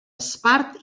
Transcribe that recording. espart